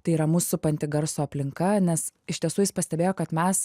tai yra mus supanti garso aplinka nes iš tiesų jis pastebėjo kad mes